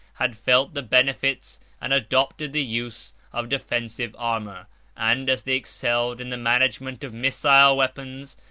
had felt the benefits, and adopted the use, of defensive armor and, as they excelled in the management of missile weapons,